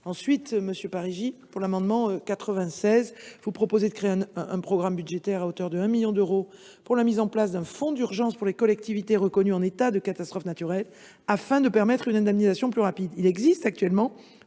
fonds. Monsieur Parigi, au travers de l’amendement n° II 96, vous proposez de créer un programme budgétaire à hauteur de 1 million d’euros pour mettre en place un fonds d’urgence pour les collectivités reconnues en état de catastrophe naturelle, afin de permettre une indemnisation plus rapide. Il existe actuellement